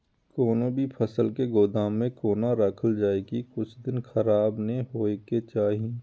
कोनो भी फसल के गोदाम में कोना राखल जाय की कुछ दिन खराब ने होय के चाही?